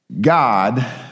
God